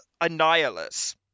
Annihilus